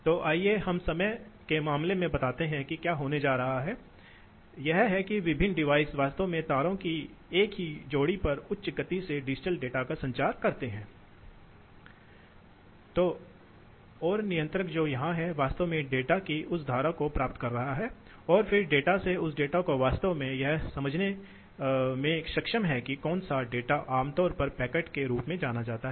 तो अब हम प्रवाह को अलग करने के बारे में बात करते हैं क्योंकि हमें लोड विशेषताओं पर निर्भर रहने की आवश्यकता है उदाहरण के लिए यदि आपकी विद्युत ऊर्जा की मांग कम हो जाती है तो आपको दहन की दर को कम करने की आवश्यकता है